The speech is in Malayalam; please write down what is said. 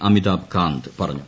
അമിതാഭ് കാന്ത് പറഞ്ഞു